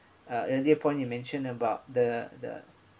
uh earlier point you mention about the the